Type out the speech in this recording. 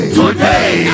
today